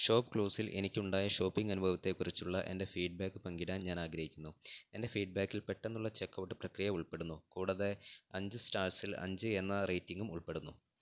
shop ക്ലൂസിൽ എനിക്ക് ഉണ്ടായ ഷോപ്പിംഗ് അനുഭവത്തെക്കുറിച്ചുള്ള എൻ്റെ ഫീഡ്ബാക്ക് പങ്കിടാൻ ഞാൻ ആഗ്രഹിക്കുന്നു എൻ്റെ ഫീഡ്ബാക്കിൽ പെട്ടെന്നുള്ള ചെക്കോട്ട് പ്രക്രിയ ഉൾപ്പെടുന്നു കൂടാതെ അഞ്ച് സ്റ്റാർസിൽ അഞ്ച് എന്ന റേറ്റിംഗും ഉൾപ്പെടുന്നു